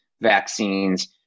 vaccines